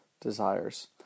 desires